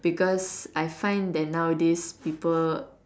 because I find that nowadays people